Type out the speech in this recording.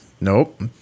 Nope